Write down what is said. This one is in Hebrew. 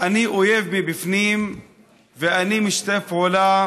אני אויב מבפנים ואני משתף פעולה